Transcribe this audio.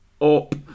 up